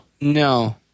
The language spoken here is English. No